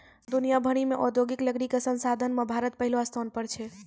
दुनिया भर मॅ औद्योगिक लकड़ी कॅ संसाधन मॅ भारत पहलो स्थान पर छै